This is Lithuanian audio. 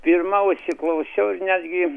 pirma užsiklausiau ir netgi